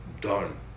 done